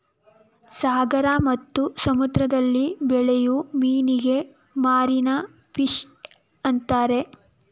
ಸಾಗರ ಮತ್ತು ಸಮುದ್ರದಲ್ಲಿ ಬೆಳೆಯೂ ಮೀನಿಗೆ ಮಾರೀನ ಫಿಷ್ ಅಂತರೆ